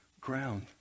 ground